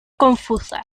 confusa